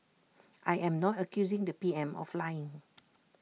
I am not accusing the P M of lying